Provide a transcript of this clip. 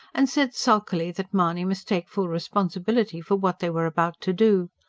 and said sulkily that mahony must take full responsibility for what they were about to do.